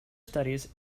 studies